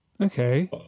Okay